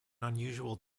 unusual